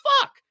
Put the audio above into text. fuck